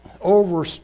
over